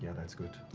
that's good.